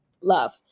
love